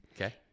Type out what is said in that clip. Okay